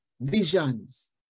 Visions